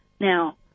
Now